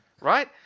right